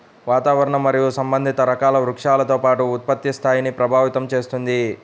వాతావరణం మరియు సంబంధిత రకాల వృక్షాలతో పాటు ఉత్పత్తి స్థాయిని ప్రభావితం చేస్తుంది